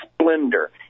splendor